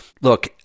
Look